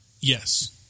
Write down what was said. Yes